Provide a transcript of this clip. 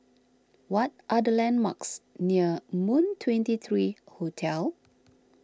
what are the landmarks near Moon twenty three Hotel